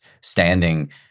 standing